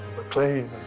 maclean,